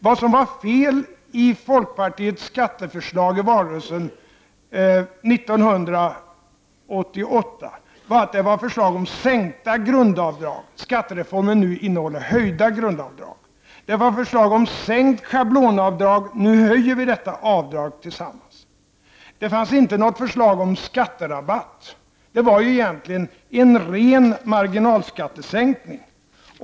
Vad som var fel i folkpartiets skatteförslag under valrörelsen 1988 var att man föreslog sänkta grundavdrag. Den nu aktuella skattereformen innehåller förslag om höjda grundavdrag. Folkpartiet föreslog sänkt schablonavdrag. Nu höjer vi — socialdemokraterna och folkpartiet tillsammans — detta avdrag. Det fanns inte något förslag om skatterabatt, utan i stället var det fråga om en ren marginalskattesänkning.